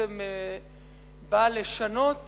שבעצם באה לשנות